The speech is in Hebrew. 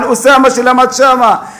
על אוסאמה שלמד שם,